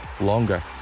longer